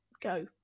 go